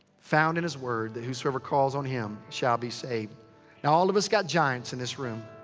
found in his word, that whosoever calls on him shall be saved now all of us got giants in this room.